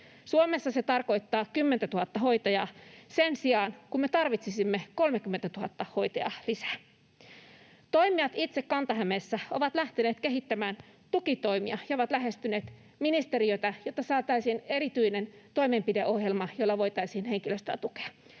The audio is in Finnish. Suomessa se tarkoittaa kymmentätuhatta hoitajaa sen sijaan, kun me tarvitsisimme 30 000 hoitajaa lisää. Toimijat Kanta-Hämeessä ovat itse lähteneet kehittämään tukitoimia ja ovat lähestyneet ministeriötä, jotta saataisiin erityinen toimenpideohjelma, jolla voitaisiin henkilöstä tukea.